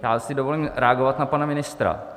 Já si dovolím reagovat na pana ministra.